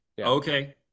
Okay